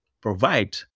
provide